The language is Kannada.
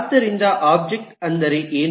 ಆದ್ದರಿಂದ ಒಬ್ಜೆಕ್ಟ್ ಎಂದರೆ ಏನು